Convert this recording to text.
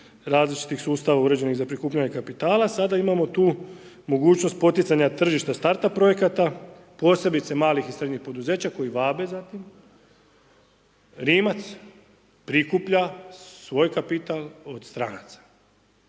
različitih sustava uređenih za prikupljanje kapitala sada imamo tu mogućnost poticanja tržišta start up projekata, posebice malih i srednjih poduzeća koji vape za tim. Rimac prikuplja svoj kapital od stranaca